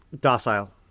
docile